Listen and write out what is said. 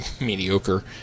mediocre